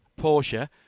Porsche